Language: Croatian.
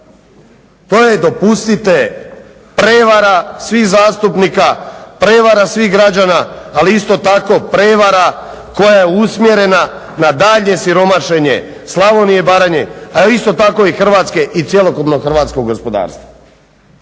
To je dopustite prevara svih zastupnika, prevara svih građana, ali isto tako prevara koja je usmjerena na daljnje siromašenje Slavonije i Baranje, a isto tako i Hrvatske i cjelokupnog hrvatskog gospodarstva.